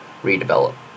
redevelop